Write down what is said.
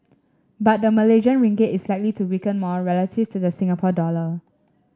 but the Malaysian Ringgit is likely to weaken more relative to the Singapore dollar